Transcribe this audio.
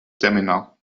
stamina